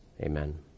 Amen